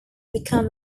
become